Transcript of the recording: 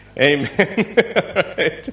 Amen